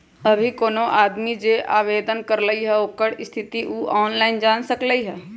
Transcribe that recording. अभी कोनो आदमी जे आवेदन करलई ह ओकर स्थिति उ ऑनलाइन जान सकलई ह